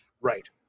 Right